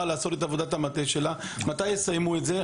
מבחינת עבודת המטה שלה ומתי יסיימו אותה.